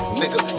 nigga